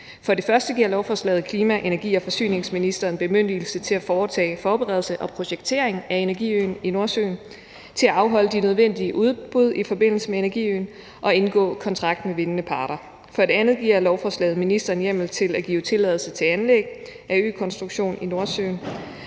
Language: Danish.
For det første giver lovforslaget klima-, energi- og forsyningsministeren bemyndigelse til at foretage forberedelse og projektering af energiøen i Nordsøen, til at afholde de nødvendige udbud i forbindelse med energiøen og indgå kontrakt med vindende parter. For det andet giver lovforslaget ministeren hjemmel til at give tilladelse til anlæg af økonstruktion i Nordsøen.